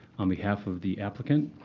on behalf of the applicant.